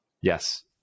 Yes